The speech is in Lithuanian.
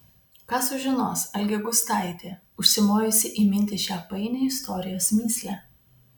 ką sužinos algė gustaitė užsimojusi įminti šią painią istorijos mįslę